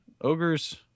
Ogres